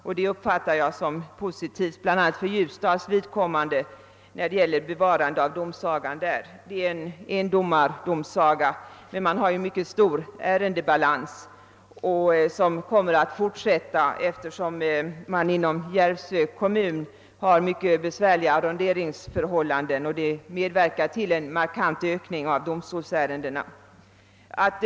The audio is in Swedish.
Jag uppfattar det som positivt bl.a. när det gäller bevarandet av domsagan i Ljusdal. Det är en endomardomsaga, men där föreligger en myc ket stor ärendebalans som kommer att kvarstå, eftersom Järvsö kommun har mycket besvärliga arronderingsförhållanden, vilket medverkar till en markant ökning av domstolsärendenas antal.